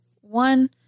one